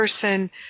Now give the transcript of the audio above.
person